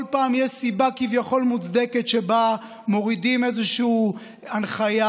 כל פעם יש סיבה כביכול מוצדקת להוריד איזושהי הנחיה,